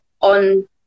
on